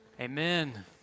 Amen